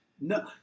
No